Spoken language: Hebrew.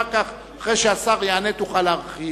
אחר כך, אחרי שהשר יענה, תוכל להרחיב.